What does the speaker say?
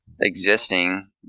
existing